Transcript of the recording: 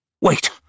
Wait